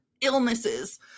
illnesses